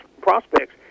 prospects